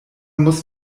muss